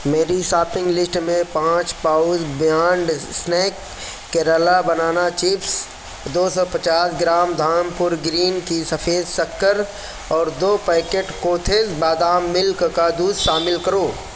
میری shopping list میں پانچ pouch Beyond snack Kerala banana chips دو سو پچاس گرام دھام پور گرین کی سفید شکر اور دو پیکٹ کوتھز بادام ملک کا دودھ شامل کرو